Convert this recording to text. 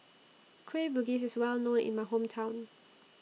Kueh Bugis IS Well known in My Hometown